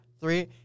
three